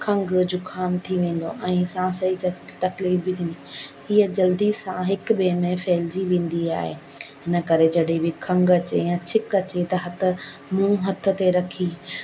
खंघु ज़ुकामु थी वेंदो आहे ऐं सांस जी तकलीफ़ु बि ईअं जल्दी सां हिकु ॿिए में फहिलिजी वेंदी आहे हिन करे जॾहिं बि खंघु अचे या छिक अचे त हथु मुंहं हथ ते रखी